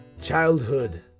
childhood